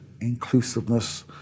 inclusiveness